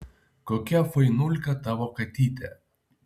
kokia fainulka tavo katytė